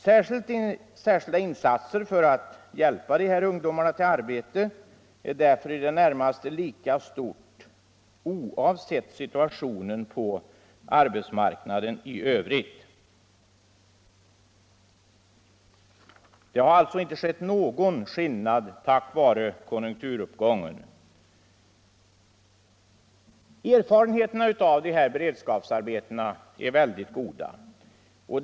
Behovet av särskilda insatser för att hjälpa dessa ungdomar till arbete är därför i det närmaste lika stort oavsett situationen på arbetsmarknaden i övrigt. Det har alltså inte blivit någon skillnad genom konjunkturuppgången. Erfarenheterna av dessa särskilda beredskapsarbeten för ungdomar är mycket goda.